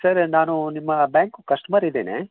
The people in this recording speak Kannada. ಸರ್ ನಾನು ನಿಮ್ಮ ಬ್ಯಾಂಕು ಕಸ್ಟಮರ್ ಇದ್ದೇನೆ